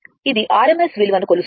ఇది RMS విలువను కొలుస్తుంది